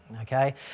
Okay